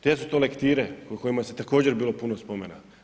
Gdje su to lektire o kojim je također bilo puno spomena.